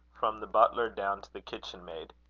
from the butler down to the kitchen-maid.